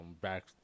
back